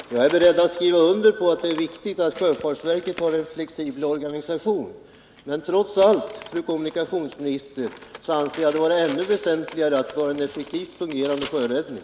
Herr talman! Jag är beredd att skriva under på att det är viktigt att sjöfartsverket har en flexibel organisation. Men, fru kommunikationsminister, trots allt anser jag det vara ännu väsentligare att vi har en effektivt fungerande sjöräddning.